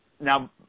now